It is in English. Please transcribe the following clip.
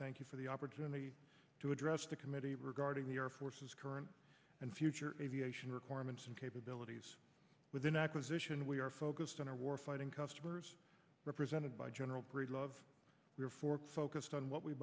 thank you for the opportunity to address the committee regarding the forces current and future aviation requirements and capabilities with an acquisition we are focused on are war fighting customers represented by general breedlove focused on what we